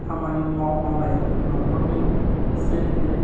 खामानि मावनायजों न'खरनि एसे एनै